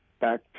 back